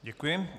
Děkuji.